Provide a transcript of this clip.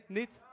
niet